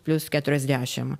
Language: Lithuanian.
plius keturiasdešim